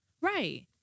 Right